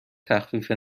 تخفیف